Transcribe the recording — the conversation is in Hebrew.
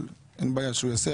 אבל אין בעיה שהוא יעשה,